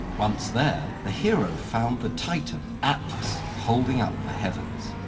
once there, the hero found the titan atlas holding up the heavens.